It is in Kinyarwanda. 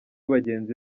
bagenzi